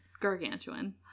gargantuan